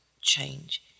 change